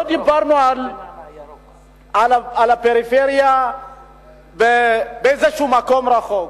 לא דיברנו על הפריפריה באיזה מקום רחוק,